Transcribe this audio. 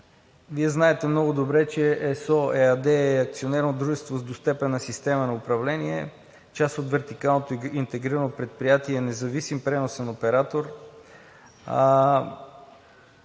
Вие знаете много добре, че ЕСО ЕАД е акционерно дружество с двустепенна система на управление, част от вертикалното интегрирано предприятие „Независим преносен оператор“.